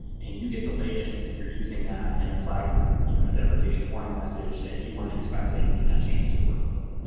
and you get the latest, and you're using that, and it flags a you know deprecation warning message that you weren't expecting and that changes your workflow.